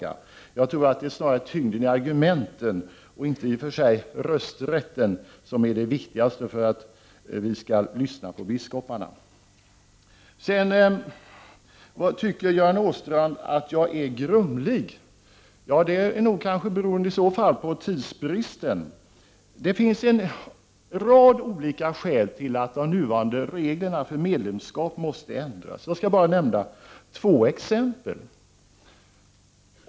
Det är enligt min mening snarare tyngden i argumenten än rösträtten i sig som är det viktigaste för att vi skall lyssna på biskoparna. Göran Åstrand säger att jag är grumlig. Det beror nog i så fall på tidsbristen. Det finns en rad olika skäl till att de nuvarande reglerna för medlemskap måste ändras. Jag skall bara nämna två exempel.